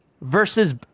versus